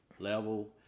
level